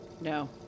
No